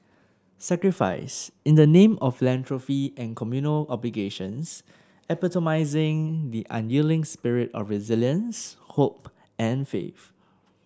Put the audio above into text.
sacrifice in the name of philanthropy and communal obligations epitomising the unyielding spirit of resilience hope and faith